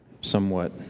somewhat